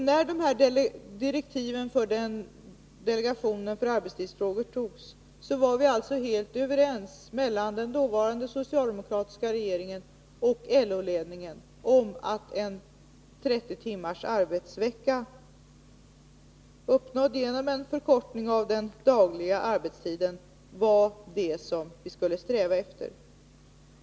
När direktiven för delegationen för arbetstidsfrågor gavs var alltså den dåvarande socialdemokratiska regeringen och LO-ledningen helt överens om att 30 timmars arbetsvecka, uppnådd genom en förkortning av den dagliga arbetstiden, var det som vi skulle sträva efter.